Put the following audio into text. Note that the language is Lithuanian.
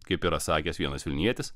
kaip yra sakęs vienas vilnietis